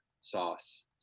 Sauce